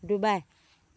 Dubai